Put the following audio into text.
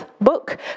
book